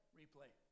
replay